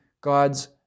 God's